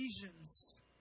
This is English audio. visions